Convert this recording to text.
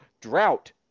drought